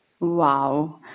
Wow